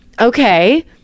okay